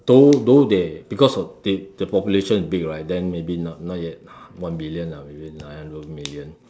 though though they because of they the population is big right then maybe not not yet one billion lah maybe nine hundred over million